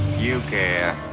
you care.